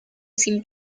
sin